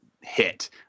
hit